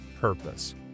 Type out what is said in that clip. purpose